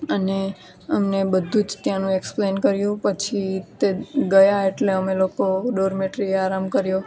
અને અમને બધું જ ત્યાંનું એક્સપ્લેન કર્યું પછી તે ગયા એટલે અમે લોકો ડોરમેટ્રીએ આરામ કર્યો